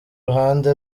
ruhande